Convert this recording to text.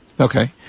Okay